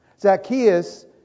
Zacchaeus